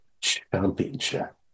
Championship